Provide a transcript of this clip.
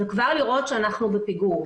וכבר לראות שאנחנו בפיגור.